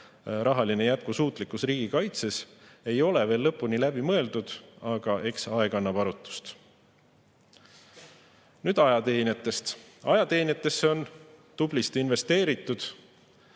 rahaline jätkusuutlikkus riigikaitses – ei ole veel lõpuni läbi mõeldud, aga eks aeg annab arutust. Nüüd ajateenijatest. Ajateenijatesse on tublisti investeeritud